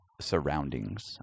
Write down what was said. surroundings